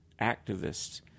activists